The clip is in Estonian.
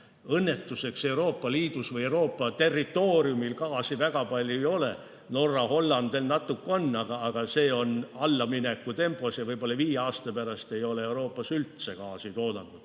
Õnnetuseks Euroopa Liidus, üldse Euroopa territooriumil gaasi väga palju ei ole. Norras ja Hollandis natuke on, aga see varu kahaneb ja võib-olla viie aasta pärast ei ole Euroopas üldse gaasitoodangut.